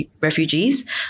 Refugees